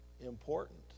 important